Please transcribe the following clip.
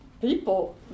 people